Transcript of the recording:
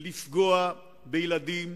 לפגוע בילדים,